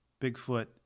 Bigfoot